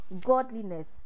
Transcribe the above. godliness